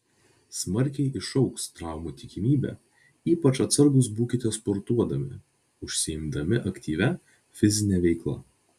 smarkiai išaugs traumų tikimybė ypač atsargūs būkite sportuodami užsiimdami aktyvia fizine veikla